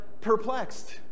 perplexed